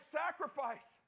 sacrifice